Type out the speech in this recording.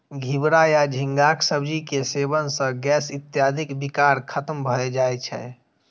घिवरा या झींगाक सब्जी के सेवन सं गैस इत्यादिक विकार खत्म भए जाए छै